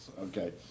Okay